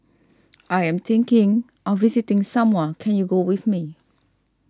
I am thinking of visiting Samoa can you go with me